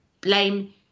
blame